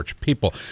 People